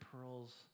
pearls